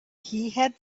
seen